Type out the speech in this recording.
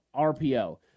RPO